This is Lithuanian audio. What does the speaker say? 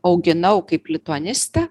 auginau kaip lituanistę